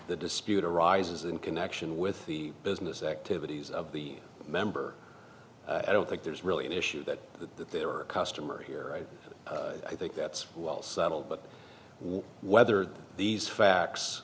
the dispute arises in connection with the business activities of the member i don't think there's really an issue that the that there are a customer here and i think that's well settled but whether these facts